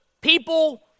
people